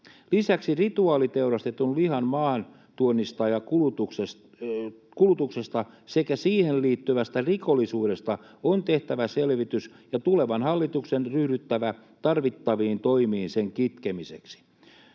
Lisäksi rituaaliteurastetun lihan maahantuonnista ja kulutuksesta sekä siihen liittyvästä rikollisuudesta on tehtävä selvitys ja tulevan hallituksen ryhdyttävä tarvittaviin toimiin sen kitkemiseksi.